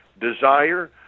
desire